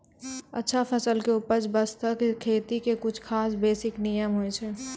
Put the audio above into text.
अच्छा फसल के उपज बास्तं खेती के कुछ खास बेसिक नियम होय छै